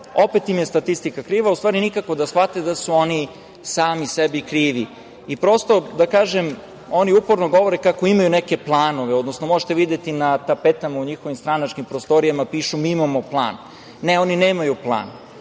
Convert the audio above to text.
opet im je statistika kriva, a u stvari nikako da shvate da su oni sami sebi krivi. Oni uporno govore kako imaju neke planove. Možete videti na tapetama u njihovim stranačkim prostorijama da piše – mi imamo plan. Ne, oni nemaju plan.